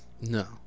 No